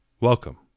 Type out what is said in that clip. Welcome